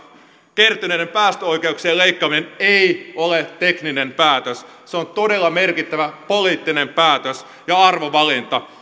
kertyneiden päästöoikeuksien leikkaaminen ei ole tekninen päätös se on todella merkittävä poliittinen päätös ja arvovalinta